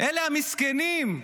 אלה המסכנים,